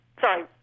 sorry